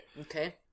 okay